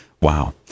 Wow